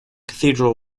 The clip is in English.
cathedral